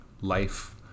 life